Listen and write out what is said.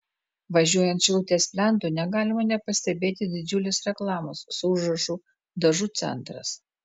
važiuojant šilutės plentu negalima nepastebėti didžiulės reklamos su užrašu dažų centras